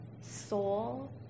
soul